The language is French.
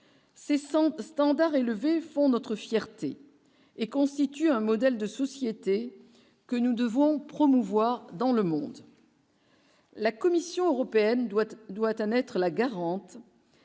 standards élevés font notre fierté et constitue un modèle de société que nous devons promouvoir dans le monde. La Commission européenne doit on doit un être la garante